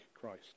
Christ